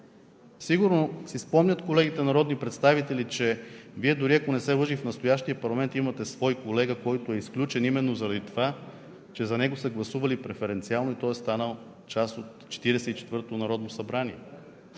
Сигурно си спомнят колегите народни представители, че Вие дори, ако не се лъжа, и в настоящия парламент имате свой колега, който е изключен именно заради това, че за него са гласували преференциално и той е станал част от Четиридесет